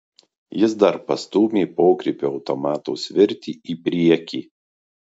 jis dar pastūmė pokrypio automato svirtį į priekį